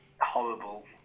horrible